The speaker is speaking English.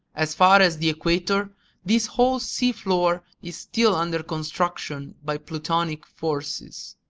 as far as the equator this whole seafloor is still under construction by plutonic forces.